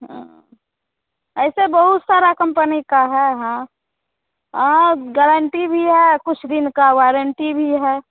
हाँ ऐसे बहुत सारा कंपनी का है हाँ हाँ गारंटी भी है कुछ दिन का वारंटी भी है